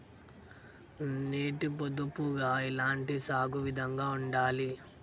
నీటి పొదుపుగా ఎలాంటి సాగు విధంగా ఉండాలి?